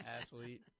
athlete